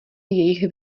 jejich